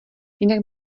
jinak